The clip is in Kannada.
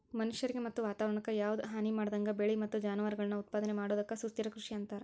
ಮನಷ್ಯಾರಿಗೆ ಮತ್ತ ವಾತವರಣಕ್ಕ ಯಾವದ ಹಾನಿಮಾಡದಂಗ ಬೆಳಿ ಮತ್ತ ಜಾನುವಾರಗಳನ್ನ ಉತ್ಪಾದನೆ ಮಾಡೋದಕ್ಕ ಸುಸ್ಥಿರ ಕೃಷಿ ಅಂತಾರ